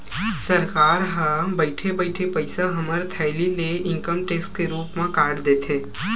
सरकार ह बइठे बइठे पइसा हमर थैली ले इनकम टेक्स के रुप म काट देथे